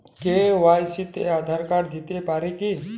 KYC তে Aadhaar card দিতে পারি কি?